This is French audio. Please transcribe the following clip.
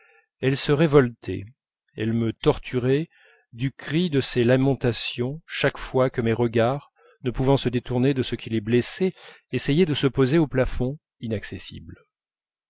elle se révoltait elle me torturait du cri de ses lamentations chaque fois que mes regards ne pouvant se détourner de ce qui les blessait essayaient de se poser au plafond inaccessible